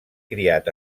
criat